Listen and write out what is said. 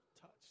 Touched